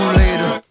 later